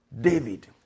David